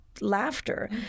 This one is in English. laughter